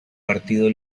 partido